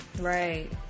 Right